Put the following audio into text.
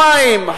המים,